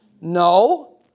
No